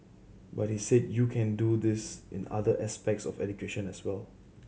but he said you can do this in other aspects of education as well